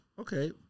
Okay